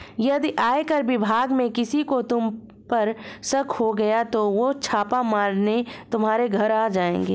यदि आयकर विभाग में किसी को तुम पर शक हो गया तो वो छापा मारने तुम्हारे घर आ जाएंगे